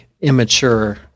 immature